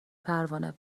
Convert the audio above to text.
پروانه